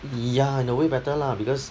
ya in a way better lah because